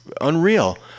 unreal